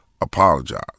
apologize